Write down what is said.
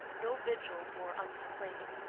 no vigil more uncomplaining.